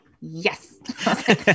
yes